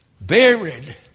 Buried